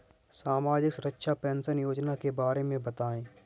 सामाजिक सुरक्षा पेंशन योजना के बारे में बताएँ?